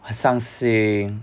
很伤心